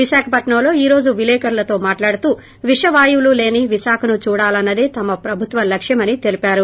విశాఖపట్నంలో ఈ రోజు విలేకర్లతో మాట్లాడుతూ విషవాయువులు లేని విశాఖను చూడాలన్సదే తమ ప్రభుత్వ లక్ష్యమని తెలిపారు